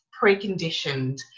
preconditioned